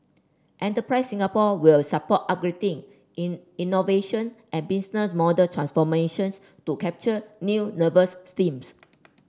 enterprise Singapore will support upgrading in innovation and business model transformations to capture new nervous steams